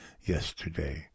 yesterday